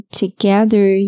together